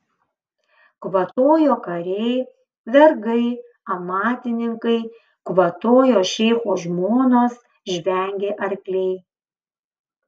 kvatojo kariai vergai amatininkai kvatojo šeicho žmonos žvengė arkliai